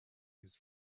his